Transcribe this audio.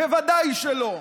ודאי שלא.